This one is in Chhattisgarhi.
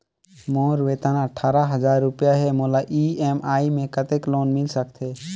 मोर वेतन अट्ठारह हजार रुपिया हे मोला ई.एम.आई मे कतेक लोन मिल सकथे?